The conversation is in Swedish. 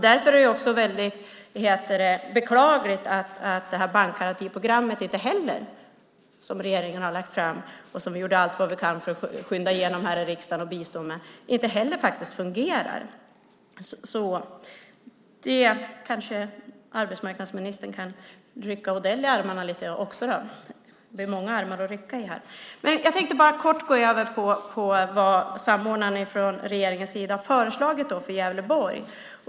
Det är beklagligt att bankgarantiprogrammet som regeringen har lagt fram och som vi gjorde allt för att skynda igenom här i riksdagen inte heller fungerar. Arbetsmarknadsministern kan kanske rycka också Odell lite i armarna. Det är många armar att rycka i här. Jag tänker kort gå över till vad samordnarna från regeringens sida har föreslagit för Gävleborg.